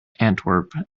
antwerp